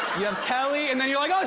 you have kelly and then you're like, oh,